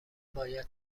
باید